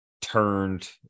turned